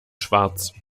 schwarz